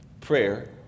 prayer